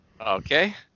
Okay